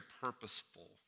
purposeful